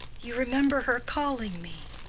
you remember her calling me?